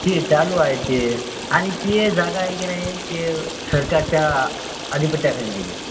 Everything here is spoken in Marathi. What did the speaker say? ती चालू आहे ती आणि ती जागा आहे की नाही ती सरकारच्या अधिपत्याखाली गेली आहे